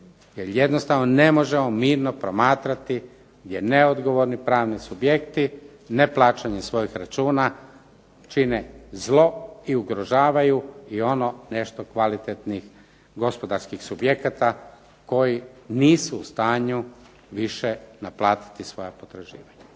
jer jednostavno ne možemo mirno promatrati jer neodgovorni pravni subjekti neplaćanje svojih računa čine zlo i ugrožavaju i ono nešto kvalitetnih gospodarskih subjekata koji nisu u stanju više naplatiti svoja potraživanja.